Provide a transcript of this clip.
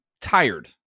tired